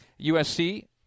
USC